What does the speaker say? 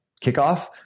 kickoff